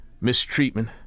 mistreatment